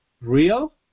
Real